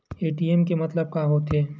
ATM के मतलब का होथे?